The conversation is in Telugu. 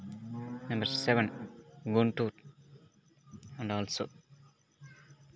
number seven Guntur and also